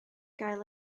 gael